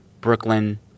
Brooklyn